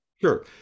Sure